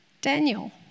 Daniel